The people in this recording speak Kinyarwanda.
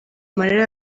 amarira